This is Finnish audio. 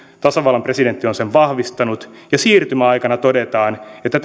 tasavallan presidentti on sen vahvistanut ja siirtymäaikana todetaan että